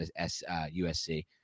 USC